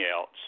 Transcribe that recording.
else